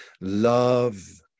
love